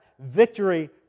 victory